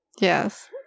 yes